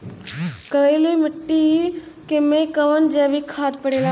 करइल मिट्टी में कवन जैविक खाद पड़ेला?